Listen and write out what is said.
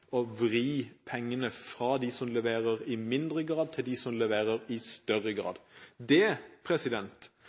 vri pengene fra dem som leverer i mindre grad, til dem som leverer i større grad. Det